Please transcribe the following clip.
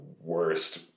worst